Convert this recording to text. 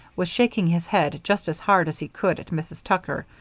was shaking his head just as hard as he could at mrs. tucker,